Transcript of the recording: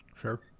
Sure